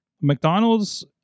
McDonald's